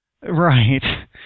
Right